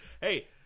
Hey